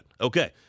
Okay